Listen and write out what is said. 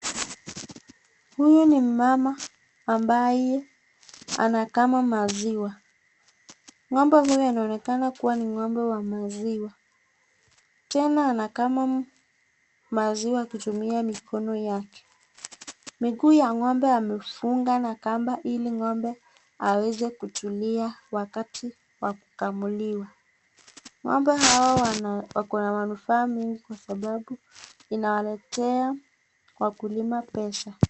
Huyu ni mama ambaye anakama maziwa. Ng'ombe huyu anaonekana kuwa ni ng'ombe wa maziwa. Tena anakama maziwa kutumia mikono yake. Miguu ya ng'ombe imefungwa na kamba ili ng'ombe aweze kutulia wakati wa kukamuliwa. Ng'ombe hawa wako na manufaa mengi kwa sababu inawanaletea wakulima pesa.